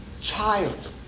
child